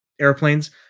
airplanes